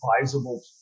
advisable